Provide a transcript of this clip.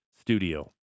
studio